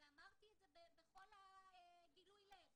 ואמרתי את זה בכל גילוי הלב.